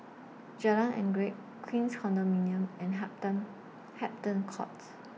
Jalan Anggerek Queens Condominium and Hampton Courts